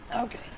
Okay